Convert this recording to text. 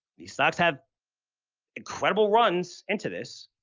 these stocks have incredible runs into this,